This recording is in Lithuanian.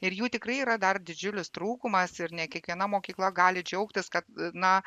ir jų tikrai yra dar didžiulis trūkumas ir ne kiekviena mokykla gali džiaugtis kad na